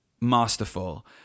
masterful